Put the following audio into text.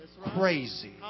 crazy